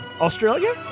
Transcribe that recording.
Australia